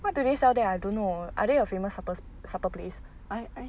what do they sell there ah I don't know are they a famous supper supper place